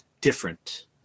different